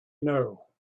know